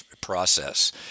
process